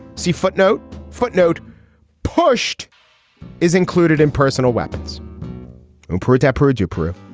see footnote footnote pushed is included in personal weapons import temperature proof.